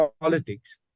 politics